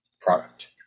product